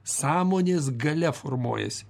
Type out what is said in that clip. sąmonės galia formuojasi